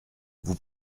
vous